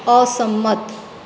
અસંમત